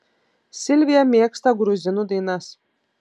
silvija mėgsta gruzinų dainas